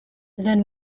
then